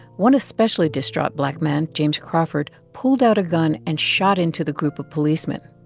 one especially distraught black man, james crawford, pulled out a gun and shot into the group of policemen.